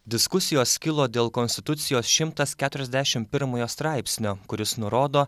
diskusijos kilo dėl konstitucijos šimtas keturiasdešimt pirmojo straipsnio kuris nurodo